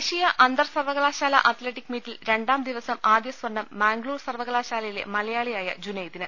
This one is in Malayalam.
ദേശീയ അന്തർ സർവ്വകലാശാല അത്ലറ്റിക് മീറ്റിൽ രണ്ടാം ദിവസം ആദ്യ സ്വർണം മാംഗ്ലൂർ സർവ്വകലാശാലയിലെ മലയാ ളിയായ ജുനൈദിന്